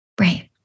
Right